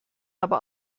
aber